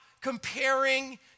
comparing